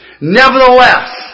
Nevertheless